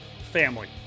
family